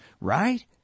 right